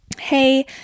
hey